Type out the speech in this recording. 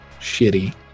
shitty